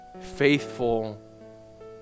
faithful